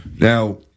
now